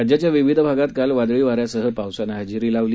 राज्याच्या विविध भागात काल वादळी वाऱ्यांसह पावसानं हजेरी लावली